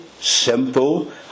simple